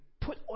put